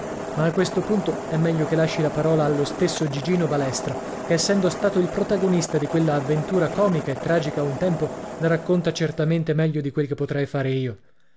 ma a questo punto è meglio che lasci la parola allo stesso gigino balestra che essendo stato il protagonista di quella avventura comica e tragica a un tempo la racconta certamente meglio di quel che potrei fare io